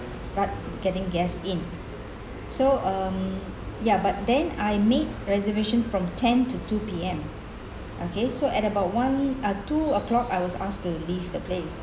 start getting guests in so um ya but then I made reservation from ten to two P_M okay so at about one uh two o'clock I was asked to leave the place